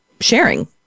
sharing